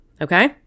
okay